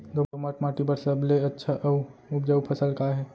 दोमट माटी बर सबले अच्छा अऊ उपजाऊ फसल का हे?